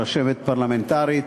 רשמת פרלמנטרית,